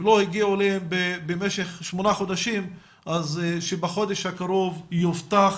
אם לא הגיעו אליהם במשך שמונה חודשים אז שבחודש הקרוב יובטח